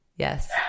Yes